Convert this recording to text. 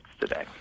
today